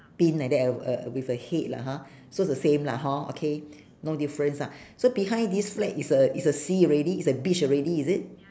pin like that uh w~ uh with a head lah hor so is the same lah hor okay no difference ah so behind this flag is a is a sea already is a beach already is it